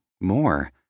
more